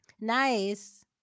nice